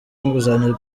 inguzanyo